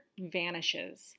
vanishes